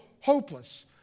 hopeless